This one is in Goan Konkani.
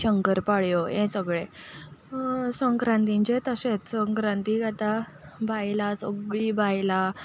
शंकर पाड्यो हें सगळें संक्रांतीचेंय तशेंच संक्रातीक आतां बायलां सगळीं बायलां